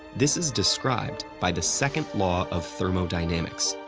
this is described by the second law of thermodynamics,